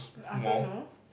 no I don't know